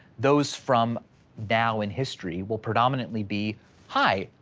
those from now in history will predominantly be high.